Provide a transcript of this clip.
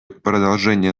продолжения